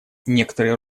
некоторые